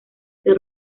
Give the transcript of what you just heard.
que